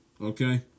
Okay